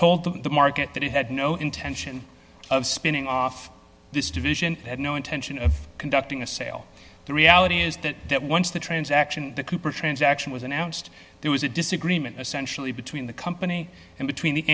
told the market that he had no intention of spinning off this division had no intention of conducting a sale the reality is that that once the transaction cooper transaction was announced there was a disagreement essentially between the company and between the